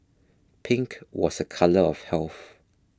pink was a colour of health